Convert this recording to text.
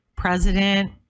president